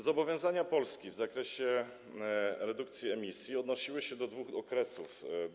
Zobowiązania Polski w zakresie redukcji emisji odnosiły się do dwóch okresów.